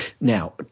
Now